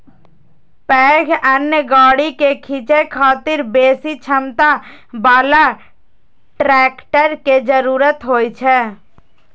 पैघ अन्न गाड़ी कें खींचै खातिर बेसी क्षमता बला ट्रैक्टर के जरूरत होइ छै